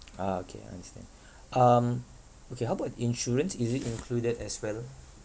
ah okay understand um okay how about insurance is it included as well